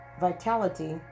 vitality